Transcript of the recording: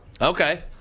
Okay